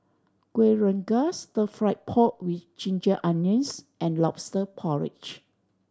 Kuih Rengas Stir Fried Pork With Ginger Onions and Lobster Porridge